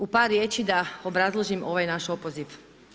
U par riječi da obrazložim ovaj naš opoziv.